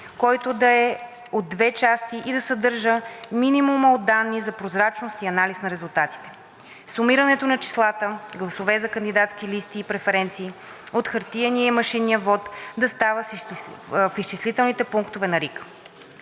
който да е от две части и да съдържа минимума от данни за прозрачност и анализ на резултатите. Сумирането на числата, гласове за кандидатски листи и преференции от хартиения и машинния вот да става в изчислителните пунктове на РИК.“